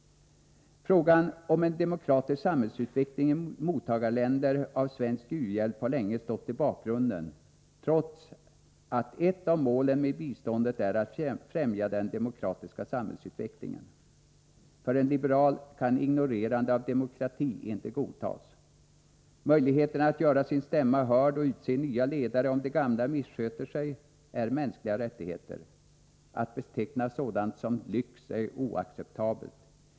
Frågan om en demokratisk samhällsutveckling i länder som är mottagare av svensk u-hjälp har länge stått i bakgrunden, trots att ett av målen med biståndet är att främja den demokratiska samhällsutvecklingen. För en liberal kan ignorerande av demokrati inte godtas. Möjligheten att göra sin stämma hörd och utse nya ledare om de gamla missköter sig är en mänsklig rättighet. Att beteckna sådant som lyx är oacceptabelt.